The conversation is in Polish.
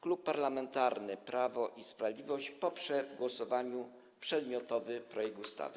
Klub Parlamentarny Prawo i Sprawiedliwość poprze w głosowaniu przedmiotowy projekt ustawy.